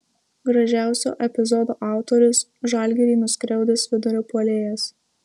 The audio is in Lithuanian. gražiausio epizodo autorius žalgirį nuskriaudęs vidurio puolėjas